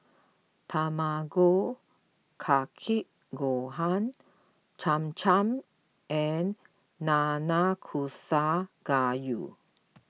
Tamago Kake Gohan Cham Cham and Nanakusa Gayu